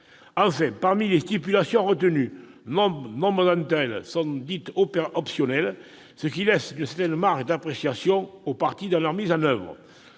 Enfin, parmi les stipulations retenues, nombre d'entre elles sont dites optionnelles, ce qui laisse une certaine marge d'appréciation aux parties dans leur mise en oeuvre.